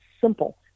simple